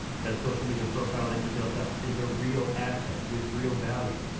that social media profile that you built up is a real asset with real value.